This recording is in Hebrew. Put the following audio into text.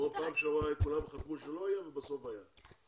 בפעם שעברה כולם חתמו שלא יהיה ובסוף היה.